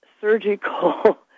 surgical